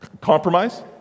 Compromise